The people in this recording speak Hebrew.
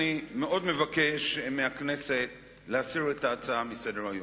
אני מאוד מבקש מהכנסת להסיר את ההצעות מסדר-היום.